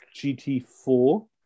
GT4